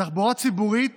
תחבורה ציבורית